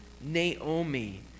Naomi